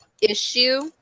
issue